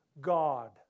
God